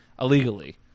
illegally